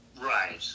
right